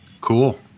Cool